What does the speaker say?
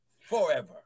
forever